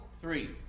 three